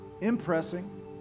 impressing